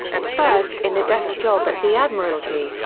at first in a desk job at the admiralty,